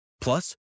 Plus